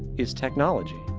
is technology.